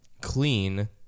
clean